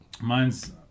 mine's